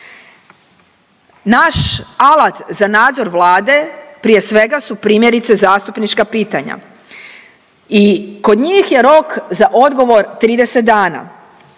Naš alat za nadzor Vlade, prije svega su, primjerice, zastupnička pitanja i kod njih je rok za odgovor 30 dana